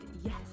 yes